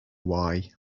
why